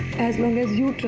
as long as you